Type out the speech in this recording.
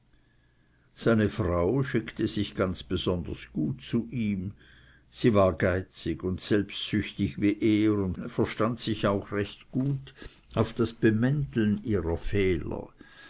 seine frau schickte sich ganz besonders gut zu ihm sie war geizig und selbstsüchtig wie er und verstand sich auch recht gut auf das bemänteln ihrer fehler